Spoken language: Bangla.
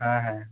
হ্যাঁ হ্যাঁ